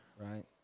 right